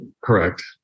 Correct